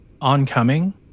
oncoming